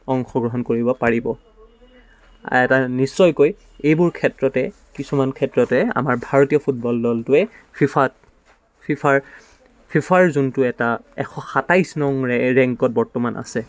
অংশগ্ৰহণ কৰিব পাৰিব এটা নিশ্চয়কৈ এইবোৰ ক্ষেত্ৰতে কিছুমান ক্ষেত্ৰতে আমাৰ ভাৰতীয় ফুটবল দলটোৱে ফিফাত ফিফাৰ ফিফাৰ যোনটো এটা এশ সাতাইছ নং ৰে ৰেংকত বৰ্তমান আছে